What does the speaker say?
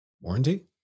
warranty